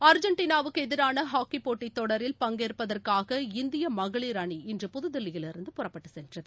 அர்ஜென்டினாவுக்குஎதிரானஹாக்கிப் போட்டித் தொடரில் பங்கேற்பதற்காக இன்று இந்தியமகளிர் அணி புதுதில்லியிலிருந்து புறப்பட்டுச் சென்றது